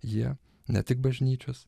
jie ne tik bažnyčios